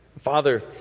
Father